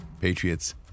Patriots